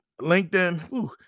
LinkedIn